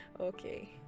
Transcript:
Okay